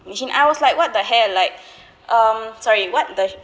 machine I was like what the hell like um sorry what the